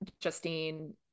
Justine